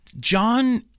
John